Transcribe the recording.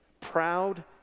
proud